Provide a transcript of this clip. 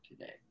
today